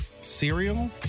cereal